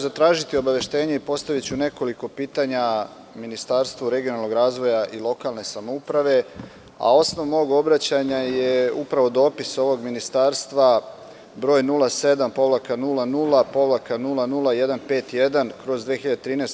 Zatražiću obaveštenje i postaviću nekoliko pitanja Ministarstvu regionalnog razvoja i lokalne samouprave, a osnov mog obraćanja je upravo dopis ovog ministarstva broj 07-00-00151/